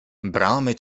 bramy